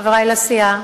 חברי לסיעה,